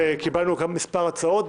וקיבלנו גם כמה הצעות,